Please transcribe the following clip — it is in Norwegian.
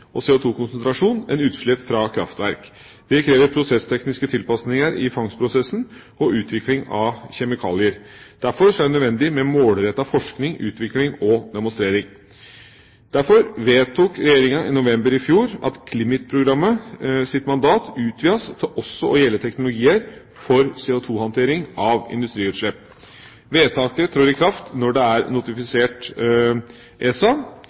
og CO2-konsentrasjon enn utslipp fra kraftverk. Det krever prosesstekniske tilpasninger i fangstprosessen, og utvikling av kjemikalier. Derfor er det nødvendig med målrettet forskning, utvikling og demonstrering, og derfor vedtok Regjeringa i november i fjor at CLIMIT-programmets mandat utvides til også å gjelde teknologier for CO2-håndtering av industriutslipp. Vedtaket trer i kraft når det er notifisert ESA